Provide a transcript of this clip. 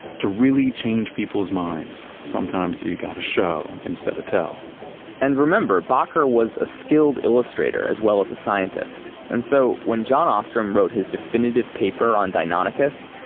to really change people's minds, sometimes you gotta show instead of tell and remember, bakker was a skilled illustrator as well as a scientist. and so when jon ostrom wrote his definitive paper on deinonychus,